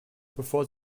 bevor